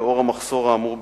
לאור המחסור האמור בקרקעות.